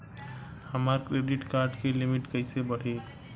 हमार credit card के limit कइसे बढ़ी?